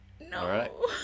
No